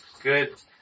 Good